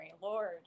lord